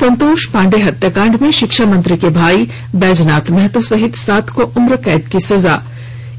संतोष पाण्डे हत्याकांड में शिक्षा मंत्री के भाई बैजनाथ महतो सहित सात को उम्रकैद की सजा